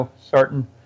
certain